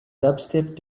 dubstep